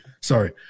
sorry